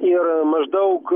ir maždaug